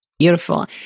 Beautiful